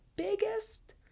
biggest